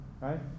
right